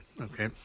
okay